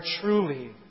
truly